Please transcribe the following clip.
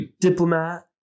diplomat